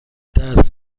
درس